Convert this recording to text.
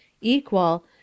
equal